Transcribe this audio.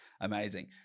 Amazing